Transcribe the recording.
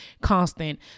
constant